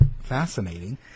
fascinating